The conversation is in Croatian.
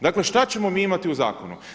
Dakle šta ćemo mi imati u zakonu?